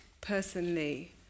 personally